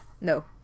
No